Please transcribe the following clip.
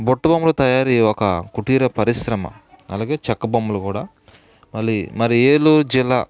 బుట్ట బొమ్మల తయారీ ఒక కుటీర పరిశ్రమ అలాగే చెక్క బొమ్మలు కూడా మళ్ళీ మరి ఏలూరు జిల్లా